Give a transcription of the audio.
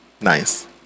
nice